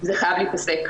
זה חייב להיפסק.